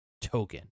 token